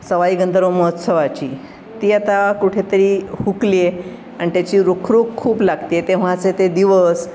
सवाई गंधर्व महोत्सवाची ती आता कुठेतरी हुकली आहे अन् त्याची रुखरुख खूप लागते आहे तेव्हाचे ते दिवस